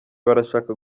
barashaka